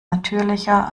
natürlicher